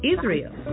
Israel